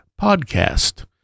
Podcast